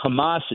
hamas